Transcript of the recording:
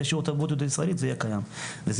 בשיעור תרבות יהדות ישראלית זה יהיה קיים וזה